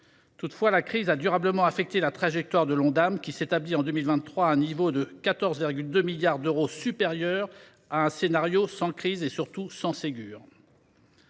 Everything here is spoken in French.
Toutefois, la crise a durablement affecté la trajectoire de l’Ondam, qui s’établit en 2023 à un niveau supérieur de 14,2 milliards d’euros à celui d’un scénario sans crise et, surtout, sans Ségur